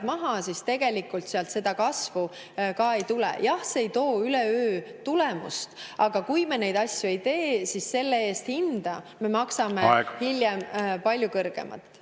maha, siis sealt seda kasvu ka ei tule. Jah, see ei too üleöö tulemust, aga kui me neid asju ei tee, siis selle eest me maksame hiljem palju kõrgemat